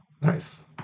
Nice